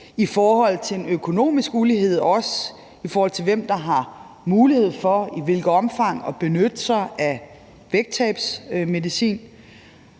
i forhold til en økonomisk ulighed, og også i forhold til hvem der har mulighed for og i hvilket omfang at benytte sig af vægttabsmedicin.